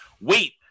wait